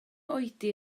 oedi